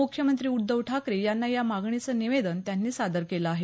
मुख्यमंत्री उद्धव ठाकरे यांना या मागणीचं निवेदन त्यांनी सादर केलं आहे